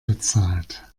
bezahlt